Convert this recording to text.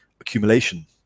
accumulation